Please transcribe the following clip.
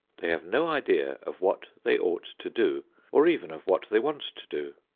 they have no idea of what they ought to do or even of what they want to do.